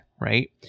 right